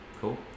Cool